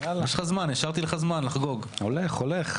ישיבה זו נעולה.